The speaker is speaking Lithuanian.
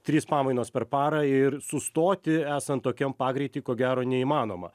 trys pamainos per parą ir sustoti esant tokiam pagreity ko gero neįmanoma